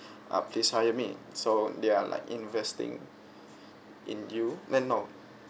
uh please hire me so they are like investing in you then no